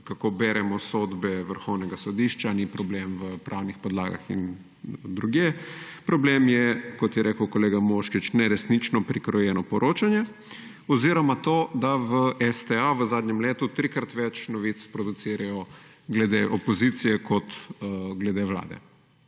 kako beremo sodbe vrhovnega sodišča, ni problem v pravnih podlagah in drugje. Problem je, kot je rekel kolega Moškrič **78. TRAK: (SC) – 19.25** (nadaljevanje) neresnično prikrojeno poročanje oziroma to, da v STA v zadnjem letu trikrat več novic producirajo glede opozicije kot glede Vlade.